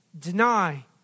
Deny